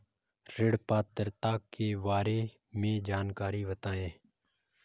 ऋण पात्रता के बारे में जानकारी बताएँ?